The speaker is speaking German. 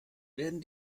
werden